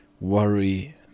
worry